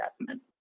investment